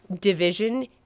division